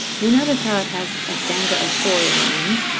you notice how it has a stanza of four lines,